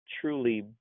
truly